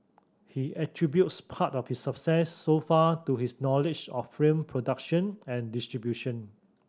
he attributes part of its success so far to his knowledge of film production and distribution